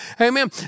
Amen